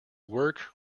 work